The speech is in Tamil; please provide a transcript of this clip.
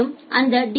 மற்றும் அந்த டி